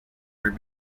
were